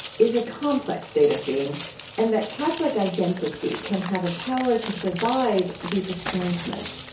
is a complex state of being and that catholic identity can have a power to survive deep estrangement